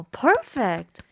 perfect